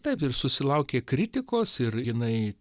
taip ir susilaukė kritikos ir jinai